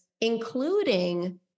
including